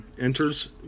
enters